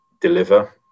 deliver